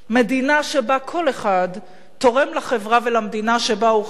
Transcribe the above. מדינה שבה כל אחד תורם לחברה ולמדינה שבה הוא חי,